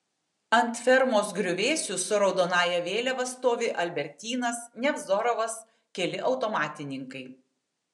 ant fermos griuvėsių su raudonąja vėliava stovi albertynas nevzorovas keli automatininkai